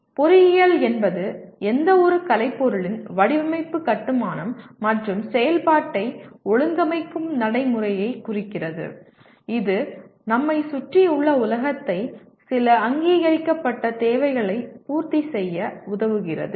பொறியியல் என்பது எந்தவொரு கலைப்பொருளின் வடிவமைப்பு கட்டுமானம் மற்றும் செயல்பாட்டை ஒழுங்கமைக்கும் நடைமுறையைக் குறிக்கிறது இது நம்மைச் சுற்றியுள்ள உலகத்தை சில அங்கீகரிக்கப்பட்ட தேவைகளைப் பூர்த்தி செய்ய உதவுகிறது